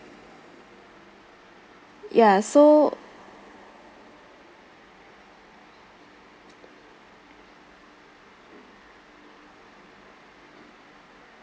ya so